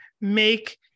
make